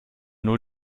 nur